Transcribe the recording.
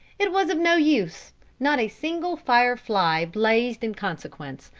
it was of no use not a single fire-fly blazed in consequence,